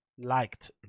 liked